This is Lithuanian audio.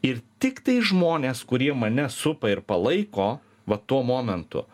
ir tiktai žmonės kurie mane supa ir palaiko va tuo momentu